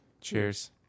Cheers